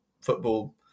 football